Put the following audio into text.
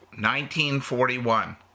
1941